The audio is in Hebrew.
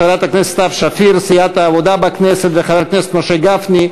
חברת הכנסת סתיו שפיר מסיעת העבודה בכנסת וחבר הכנסת משה גפני,